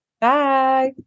Bye